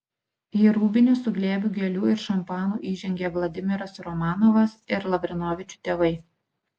į rūbinę su glėbiu gėlių ir šampanu įžengė vladimiras romanovas ir lavrinovičių tėvai